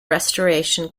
restoration